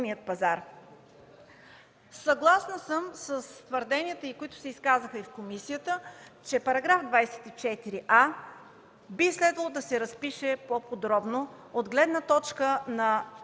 Съгласна съм с твърденията, които се изказаха в комисията, че § 24а би следвало да се разпише по-подробно от гледна точка на яснота